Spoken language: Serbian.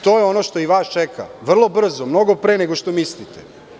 To je ono što i vas čeka, vrlo brzo, mnogo pre nego što mislite.